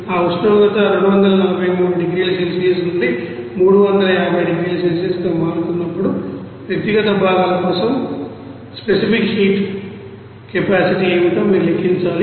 ఆ ఉష్ణోగ్రత 243 డిగ్రీల సెల్సియస్ నుండి 350 డిగ్రీల సెల్సియస్గా మారుతున్నప్పుడు వ్యక్తిగత భాగాల కోసం స్పెసిఫిక్ హీట్ కెపాసిటీ ఏమిటో మీరు లెక్కించాలి